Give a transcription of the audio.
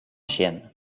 chienne